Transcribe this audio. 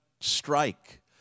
strike